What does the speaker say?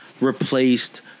Replaced